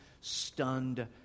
stunned